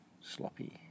sloppy